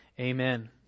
Amen